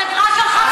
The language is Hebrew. החברה שלך,